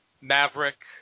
maverick